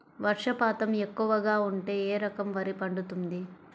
వర్షపాతం ఎక్కువగా ఉంటే ఏ రకం వరి పండుతుంది?